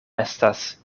estas